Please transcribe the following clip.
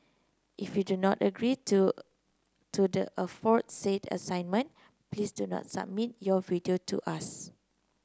if you do not agree to to the aforesaid assignment please do not submit your video to us